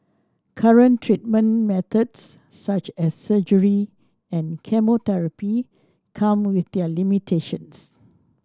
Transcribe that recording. current treatment methods such as surgery and chemotherapy come with their limitations